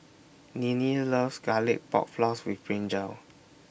Ninnie loves Garlic Pork Floss with Brinjal